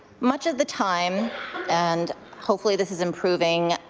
much of the time and hopefully this is improving,